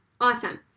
awesome